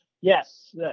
yes